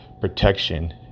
protection